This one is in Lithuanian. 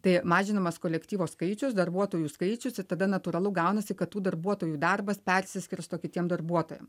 tai mažinamas kolektyvo skaičius darbuotojų skaičius ir tada natūralu gaunasi kad tų darbuotojų darbas persiskirsto kitiem darbuotojam